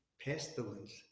pestilence